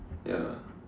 ya